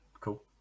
cool